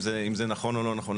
אם זה נכון או לא נכון.